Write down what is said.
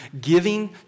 giving